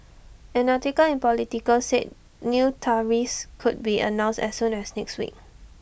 an article in Politico said new tariffs could be announced as soon as next week